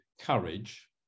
courage